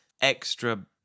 extra